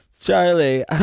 Charlie